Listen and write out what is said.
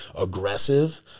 aggressive